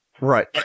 Right